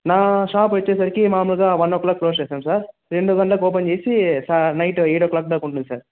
నా షాప్ వచ్చేసరికి మాములుగా వన్ ఓ క్లాక్కి క్లోజ్ చేస్తాను సార్ రెండుగంటలకు ఓపెన్ చేసి నైటు ఎయిట్ ఓ క్లాక్ దాక ఉంటుంది సార్